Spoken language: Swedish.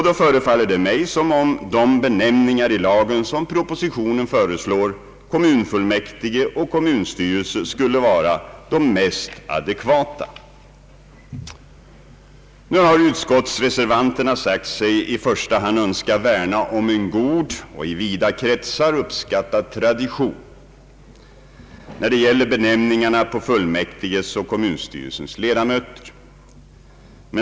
Då förefaller det mig som om de benämningar i lagen som propositionen föreslår — kommunfullmäktige och kommunstyrelse — skulle vara de mest adekvata. Utskottsreservanterna har i första hand sagt sig värna om en god och i vida kretsar uppskattad tradition när det gäller benämningarna på fullmäktiges och kommunstyrelsens ledamöter.